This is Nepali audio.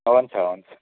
हुन्छ हुन्छ